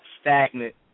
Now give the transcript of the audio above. stagnant